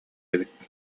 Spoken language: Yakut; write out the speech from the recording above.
эбит